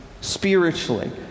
spiritually